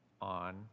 on